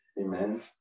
Amen